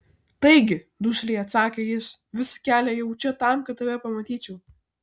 taigi dusliai atsakė jis visą kelią ėjau čia tam kad tave pamatyčiau